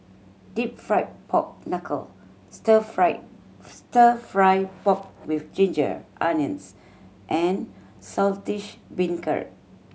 Deep Fried Pork Knuckle Stir Fry Stir Fry Pork with ginger onions and Saltish Beancurd